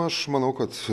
aš manau kad